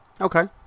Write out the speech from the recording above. okay